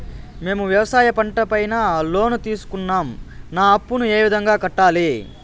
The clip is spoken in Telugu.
మేము వ్యవసాయ పంట పైన లోను తీసుకున్నాం నా అప్పును ఏ విధంగా కట్టాలి